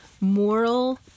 moral